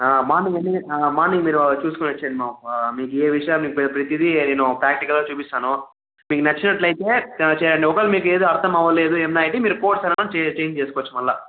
morning ఎన్ని morning మీరు చూసుకొని వచ్చేయండి అమ్మ మీకు ఏ విషయాన్ని ప్రతీది నేను ప్రాక్టికల్గా చూపిస్తాను మీకు నచ్చినట్లయితే చేరండి ఒకవేళ మీకు ఏది అర్ధమవ్వలేదు ఏమన్న మీరు కోర్స్ ఏదన్న చేంజ్ చేసుకోవచ్చు మళ్ళీ